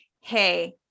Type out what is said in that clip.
Hey